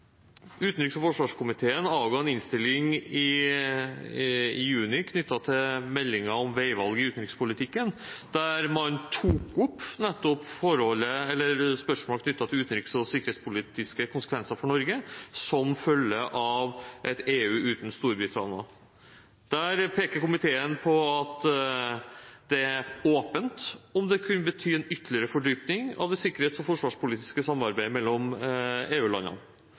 Utenriks- og forsvarskomiteen avga en innstilling i juni knyttet til meldingen om veivalg i utenrikspolitikken, der man tok opp nettopp spørsmål knyttet til utenriks- og sikkerhetspolitiske konsekvenser for Norge som følge av et EU uten Storbritannia. Der peker komiteen på at det er åpent om det kan bety en ytterligere fordypning av det sikkerhets- og forsvarspolitiske samarbeidet mellom